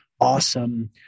awesome